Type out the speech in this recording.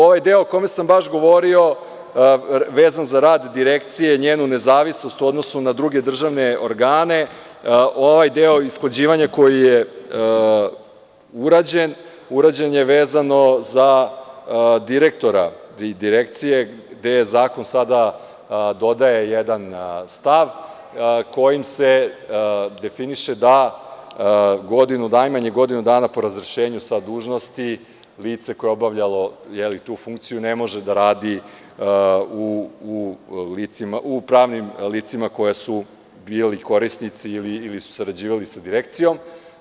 Ovaj deo o kome sam baš govorio, vezan za rad direkcije, njenu nezavisnost u odnosu na druge državne organe, ovaj deo usklađivanja koji je urađen, urađen je vezano za direktora i direkcije gde zakon sada dodaje jedan stav kojim se definiše da najmanje godinu dana po razrešenju sa dužnosti, lice koje je obavljalo tu funkciju ne može da radi u pravnim licima koji su bili korisnici ili su sarađivali sa direkcijom.